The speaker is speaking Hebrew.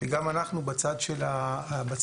גם אנחנו בצד המבצעי,